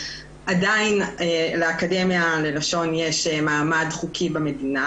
עדיין לאקדמיה ללשון יש מעמד חוקי במדינה